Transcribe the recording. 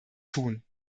tun